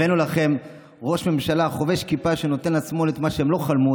הבאנו לכם ראש ממשלה חובש כיפה שנותן לשמאל את מה שהוא לא חלם,